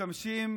משתמשים